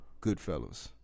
Goodfellas